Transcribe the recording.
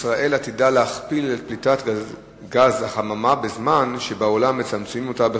ישראל עתידה להכפיל את פליטת גזי החממה בזמן שבעולם מצמצמים אותה.